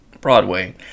Broadway